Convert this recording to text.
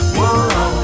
Whoa